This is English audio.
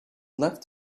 left